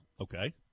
Okay